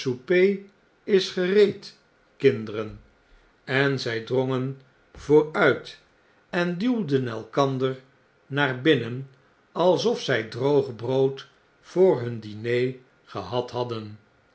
is gereed kinderen r en zg drongen vooruit eh duwden elkander naar binnen alsof zg droog brood voor hun diner gehad hadden